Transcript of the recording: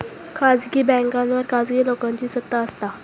खासगी बॅन्कांवर खासगी लोकांची सत्ता असता